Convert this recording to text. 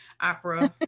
opera